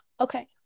okay